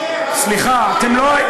סליחה, אתם לא,